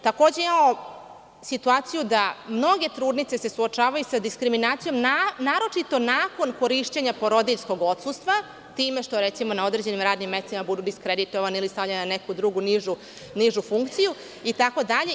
Takođe, imamo situaciju da mnoge trudnice se suočavaju sa diskriminacijom naročito nakon korišćenja porodiljskog odsustva, time što recimo na određenim radnim mestima budu diskreditovane ili stavljene na neku drugu nižu funkciju itd.